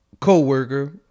co-worker